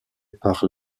par